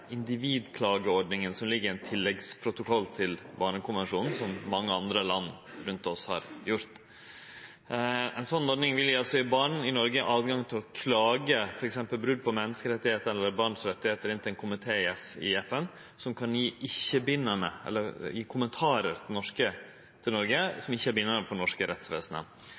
individklageordninga som ligg i ein tilleggsprotokoll til Barnekonvensjonen, som mange andre land rundt oss har gjort. Ei sånn ordning ville gje barn i Noreg rett til å klage på f.eks. brot på menneskerettane eller barnerettane til ein komité i FN, som kunne gje kommentarar til Noreg som ikkje er bindande for norsk rettsvesen. Dette er utanriksministerens konstitusjonelle ansvarsområde. Men skulle vi implementere det, ville det få konsekvensar for